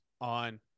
on